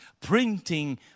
printing